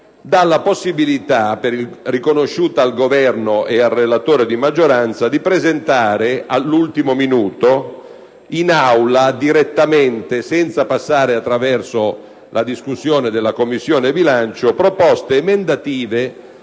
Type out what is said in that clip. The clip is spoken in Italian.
dalla possibilità riconosciuta al Governo e al relatore di maggioranza di presentare all'ultimo minuto direttamente in Aula, senza passare attraverso la discussione della Commissione bilancio, proposte emendative